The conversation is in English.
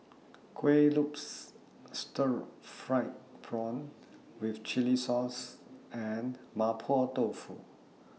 Kueh Lopes Stir Fried Prawn with Chili Sauce and Mapo Tofu